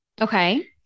Okay